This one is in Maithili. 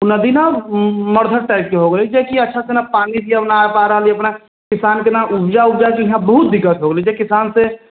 ओ नदी नऽ मरघट टाइपके हो गेलै जे कि अच्छासँ ने पानी दिअ पा रहलए अपना किसानके ने इहाँ उपजा वुपजाके इहाँ बहुत दिक्कत हो गेलै जे किसानसँ